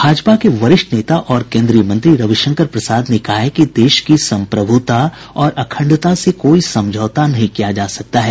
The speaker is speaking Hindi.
भाजपा के वरिष्ठ नेता और केंद्रीय मंत्री रविशंकर प्रसाद ने कहा है कि देश की संप्रभूता और अखण्डता से कोई समझौता नहीं किया जा सकता है